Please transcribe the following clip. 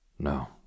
No